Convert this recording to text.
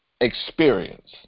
experience